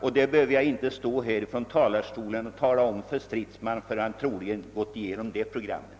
Men det behöver jag inte stå här i talarstolen och tala om för herr Stridsman; han har troligen gått igenom det programmet.